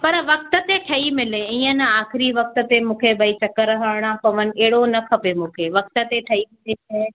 पर वक़्त ते ठही मिले इअं न आख़िरी वक़्त ते मूंखे भई चकर हणणा पवनि अहिड़ो न खपे मूंखे वक़्त ते ठही पिए